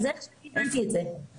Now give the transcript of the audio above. ככה אני הבנתי את זה.